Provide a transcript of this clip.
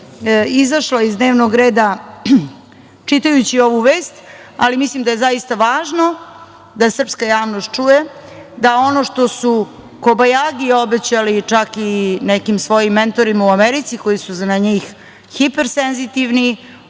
izašla iz dnevnog reda čitajući ovu vest, ali mislim da je zaista važno da srpska javnost čuje da ono što su kobajagi obećali čak i nekim svojim mentorima u Americi, koji su na njih hipersenzitivni,